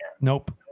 nope